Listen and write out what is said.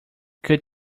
could